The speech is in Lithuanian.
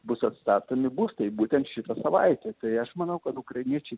bus atstatomi būstai būtent ši savaitė tai aš manau kad ukrainiečiai